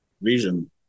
vision